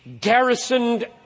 garrisoned